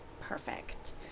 perfect